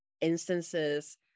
instances